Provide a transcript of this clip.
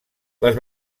les